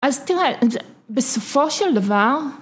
‫אז תראה, בסופו של דבר...